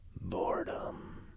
Boredom